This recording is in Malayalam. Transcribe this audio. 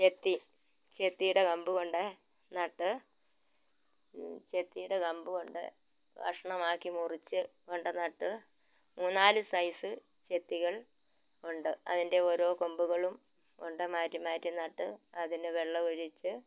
ചെത്തി ചെത്തിയുടെ കമ്പ് കൊണ്ട് നട്ട് ചെത്തിയുടെ കമ്പ് കൊണ്ട് കഷ്ണമാക്കി മുറിച്ച് കൊണ്ട് നട്ട് മൂന്ന് നാല് സൈസ് ചെത്തികൾ ഉണ്ട് അതിൻ്റെ ഓരോ കൊമ്പുകളും കൊണ്ട് മാറ്റി മാറ്റി നട്ട് അതിന് വെള്ളമൊഴിച്ച്